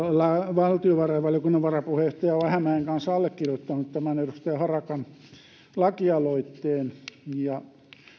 valtiovarainvaliokunnan varapuheenjohtaja vähämäen kanssa allekirjoittanut tämän edustaja harakan lakialoitteen ja